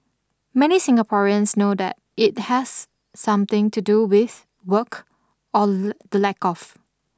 many Singaporeans know that it has something to do with work or the lack of